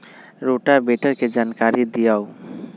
Rotavator के जानकारी दिआउ?